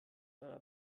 eurer